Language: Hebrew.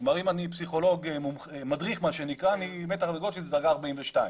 אם אני פסיכולוג מדריך אז מתח הדרגות שלי זה דרגה 42,